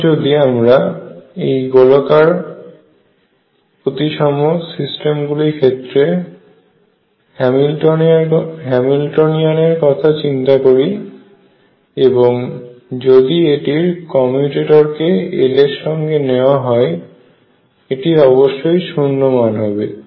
এখন যদি আমরা এই গোলাকার প্রতিসম সিস্টেম গুলির ক্ষেত্রে হ্যামিল্টনিয়ান এর কথা চিন্তা করি এবং যদি এটির কমেউটেটর কে L এর সঙ্গে নেওয়া হয় এটি অবশ্যই শূন্য মান হবে